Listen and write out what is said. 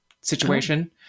situation